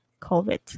COVID